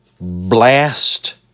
blast